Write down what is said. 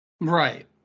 Right